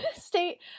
state